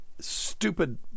stupid